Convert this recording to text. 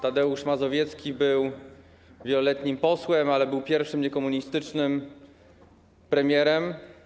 Tadeusz Mazowiecki był wieloletnim posłem, ale był pierwszym niekomunistycznym premierem.